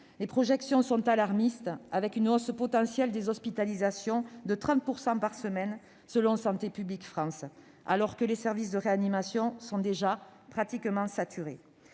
Les projections sont alarmistes, avec une hausse potentielle des hospitalisations de 30 % par semaine selon Santé publique France, alors que les services de réanimation sont déjà pratiquement saturés.